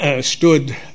stood